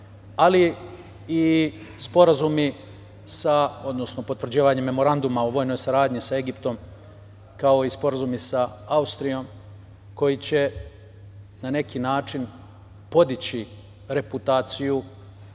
ali i sporazumi, odnosno potvrđivanje memoranduma o saradnji sa Egiptom, kao i sporazumi sa Austrijom, koji će na neki način podići reputaciju,